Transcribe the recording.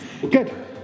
Good